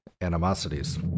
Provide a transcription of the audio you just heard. animosities